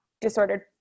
disordered